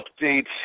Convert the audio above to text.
update